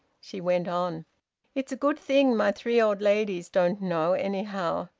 she went on it's a good thing my three old ladies don't know, anyhow!